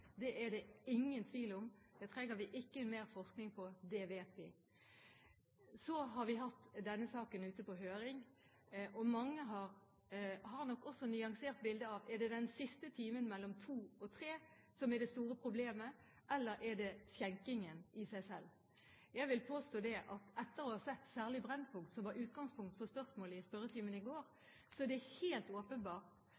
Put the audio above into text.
Det er det ingen tvil om. Det trenger vi ikke mer forskning på. Det vet vi. Så har vi hatt denne saken ute på høring, og mange har nok også nyansert bildet, om det er den siste timen mellom kl. 02 og kl. 03 som er det store problemet, eller om det er skjenkingen i seg selv. Jeg vil påstå, særlig etter å ha sett Brennpunkt, som var utgangspunktet for spørsmålet i spørretimen i går,